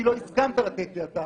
כי לא הסכמת לתת לי אתר,